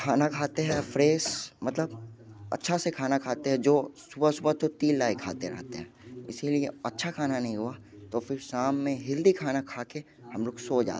खाना खाते हैं फ्रेश मतलब अच्छा से खाना खाते हैं जो सुबह सुबह तो तिल लाइ खाते रहते हैं इसलिए अच्छा खाना नहीं हुआ तो फिर शाम में हेल्दी खाना खाके हम लोग सो जाते हैं